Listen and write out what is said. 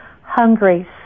hungry